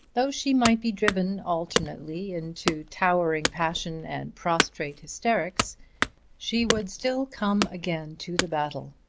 though she might be driven alternately into towering passion and prostrate hysterics she would still come again to the battle.